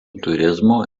turizmo